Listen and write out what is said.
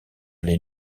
les